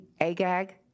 Agag